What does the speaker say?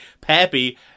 Pappy